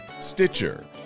Stitcher